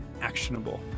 actionable